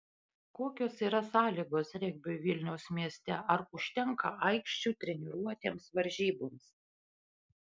kokios yra sąlygos regbiui vilniaus mieste ar užtenka aikščių treniruotėms varžyboms